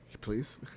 please